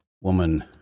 woman